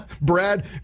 Brad